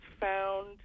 found